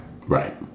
Right